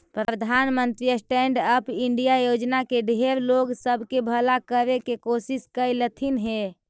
प्रधानमंत्री stand up India योजना से ढेर लोग सब के भला करे के कोशिश कयलथिन हे